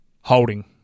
Holding